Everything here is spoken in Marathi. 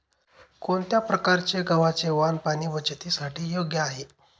कोणत्या प्रकारचे गव्हाचे वाण पाणी बचतीसाठी योग्य आहे?